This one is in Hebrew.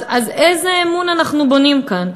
אז איזה אמון אנחנו בונים כאן?